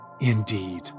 indeed